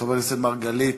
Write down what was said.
חבר הכנסת מרגלית,